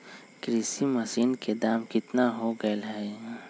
कृषि मशीन के दाम कितना हो गयले है?